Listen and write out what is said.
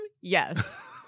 Yes